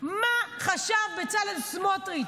מה חשב בצלאל סמוטריץ'?